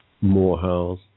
Morehouse